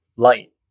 Light